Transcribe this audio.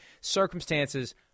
circumstances